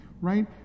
right